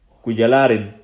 kujalarin